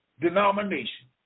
denomination